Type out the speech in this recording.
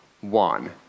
One